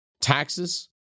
Taxes